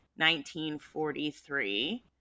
1943